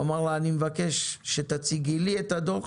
הוא אמר לה אני מבקש שתציגי לי את הדוח